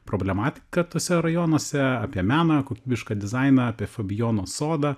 problematiką tuose rajonuose apie meną kokybišką dizainą apie fabijono sodą